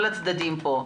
לכל הצדדים פה,